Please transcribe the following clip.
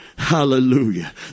Hallelujah